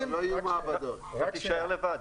תישאר לבד.